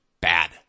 bad